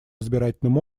избирательным